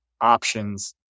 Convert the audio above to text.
options